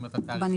בנספח.